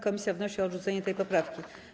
Komisja wnosi o odrzucenie tej poprawki.